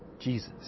Jesus